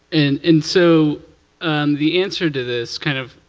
and and so the answer to this kind of,